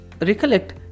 recollect